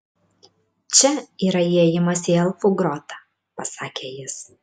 čia yra įėjimas į elfų grotą pasakė jis